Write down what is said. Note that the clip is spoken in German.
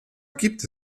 gibt